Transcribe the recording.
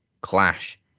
clash